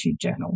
journal